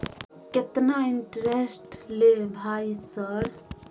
केतना इंटेरेस्ट ले भाई सर?